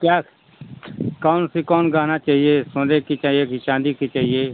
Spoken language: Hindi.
क्या कौन सी कौन गहना चाहिए सोने की चाहिए कि चाँदी की चाहिए